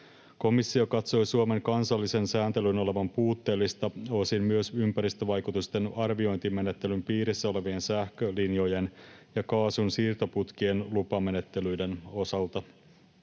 Komissio katsoi Suomen kansallisen sääntelyn olevan puutteellista osin myös ympäristövaikutusten arviointimenettelyn piirissä olevien sähkölinjojen ja kaasun siirtoputkien lupamenettelyiden osalta.